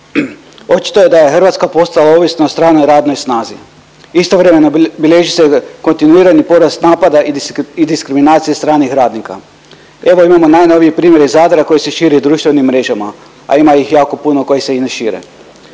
Očito je da je Hrvatska postala ovisna o stranoj radnoj snazi, istovremeno bilježi se kontinuirani porast napada i diskriminacije stranih radnika. Evo imamo najnoviji primjer iz Zadra koji se širi društvenim mrežama, a ima ih jako puno koje se i ne šire.